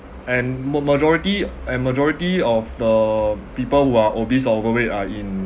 and ma~ majority and majority of the people who are obese or overweight are in